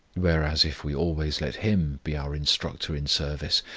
whereas if we always let him be our instructor in service,